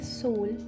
soul